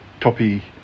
Toppy